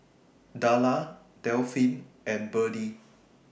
Darla Delphin and Birdie